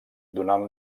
donant